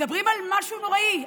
מדברים על משהו נוראי,